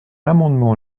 amendement